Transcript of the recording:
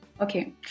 Okay